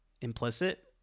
implicit